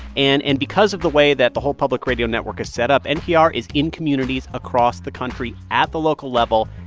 and and because of the way that the whole public radio network is set up, npr is in communities across the country at the local level,